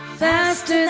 faster